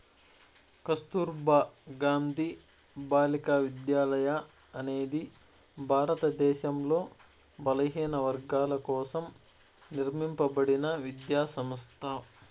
కస్తుర్బా గాంధీ బాలికా విద్యాలయ అనేది భారతదేశంలో బలహీనవర్గాల కోసం నిర్మింపబడిన విద్యా సంస్థ